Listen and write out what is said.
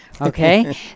Okay